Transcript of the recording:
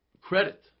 credit